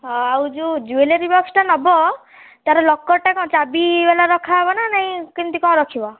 ହଁ ଆଉ ଯେଉଁ ଜୁଏଲେରୀ ବକ୍ସଟା ନବ ତା'ର ଲକର୍ଟା କ'ଣ ଚାବି ବାଲା ରଖା ହବ ନା ନାହିଁ କେମିତି କ'ଣ ରଖିବ